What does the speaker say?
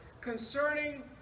concerning